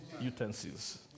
utensils